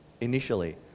initially